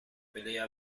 pelea